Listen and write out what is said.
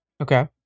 okay